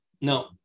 no